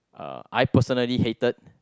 uh I personally hated